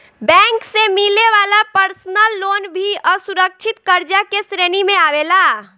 bank से मिले वाला पर्सनल लोन भी असुरक्षित कर्जा के श्रेणी में आवेला